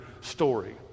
story